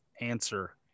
answer